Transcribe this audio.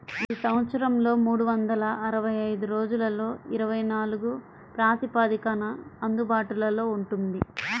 ఇది సంవత్సరంలో మూడు వందల అరవై ఐదు రోజులలో ఇరవై నాలుగు ప్రాతిపదికన అందుబాటులో ఉంటుంది